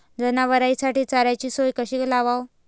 जनावराइसाठी चाऱ्याची सोय कशी लावाव?